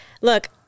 Look